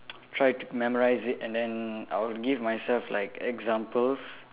try to memorise it and then I would give myself like examples